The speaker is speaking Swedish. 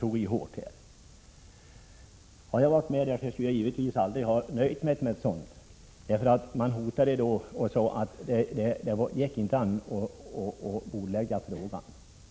Om jag hade varit med skulle jag givetvis aldrig ha nöjt mig med en sådan här handläggning. Man sade ju t.o.m. att det inte gick an att bordlägga frågan.